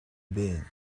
been